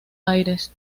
aires